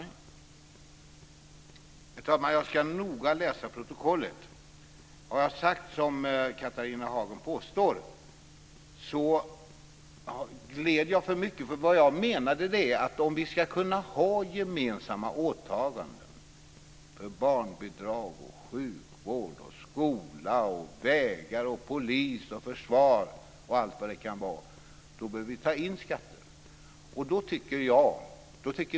Herr talman! Jag ska noga läsa protokollet. Har jag sagt som Catharina Hagen påstår, gled jag för mycket. Vad jag menade var att om vi ska kunna ha gemensamma åtaganden, som barnbidrag, sjukvård, skola, vägar, polis och försvar, behöver vi ta in skatter.